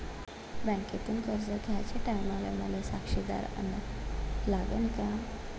बँकेतून कर्ज घ्याचे टायमाले मले साक्षीदार अन लागन का?